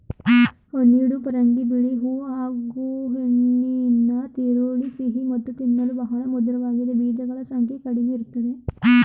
honeydew ಪರಂಗಿ ಬಿಳಿ ಹೂ ಹಾಗೂಹೆಣ್ಣಿನ ತಿರುಳು ಸಿಹಿ ಮತ್ತು ತಿನ್ನಲು ಬಹಳ ಮಧುರವಾಗಿದೆ ಬೀಜಗಳ ಸಂಖ್ಯೆ ಕಡಿಮೆಇರ್ತದೆ